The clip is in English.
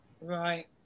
Right